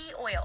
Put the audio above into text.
oil